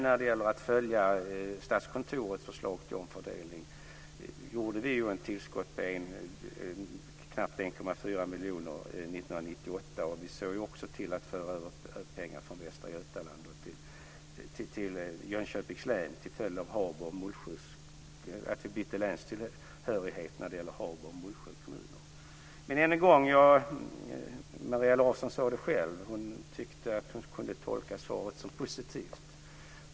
När det gäller att följa Statskontorets förslag till omfördelning gjorde vi ju ett tillskott på knappt 1,4 miljoner 1998, och vi såg också till att föra över pengar från Västra Götaland till Jönköpings län till följd av att Habo och Mullsjö kommuner bytte länstillhörighet. Men än en gång: Maria Larsson sade det själv; hon tyckte att hon kunde tolka svaret som positivt.